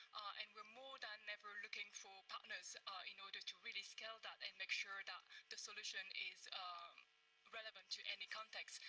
and we are more than ever looking for partners you know to to really scale that and make sure that the solution is um relevant to any context.